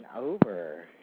over